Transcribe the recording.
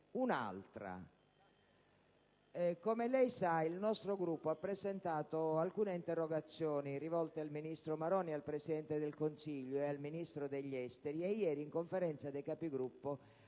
un'altra. Come lei sa, il nostro Gruppo ha presentato alcune interrogazioni rivolte al ministro Maroni, al Presidente del Consiglio e al Ministro degli affari esteri, e ieri in Conferenza dei Capigruppo